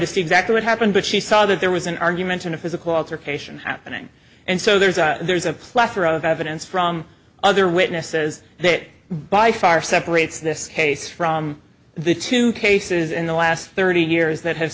to see exactly what happened but she saw that there was an argument and a physical altercation happening and so there's there's a plethora of evidence from other witnesses that by far separates this case from the two cases in the last thirty years that ha